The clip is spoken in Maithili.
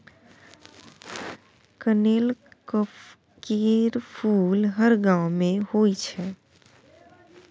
कनेलक केर फुल हर गांव मे होइ छै